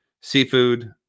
seafood